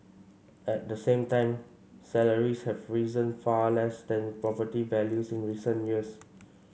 at the same time salaries have risen far less than property values in recent years